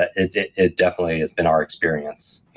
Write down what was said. ah it it definitely has been our experience.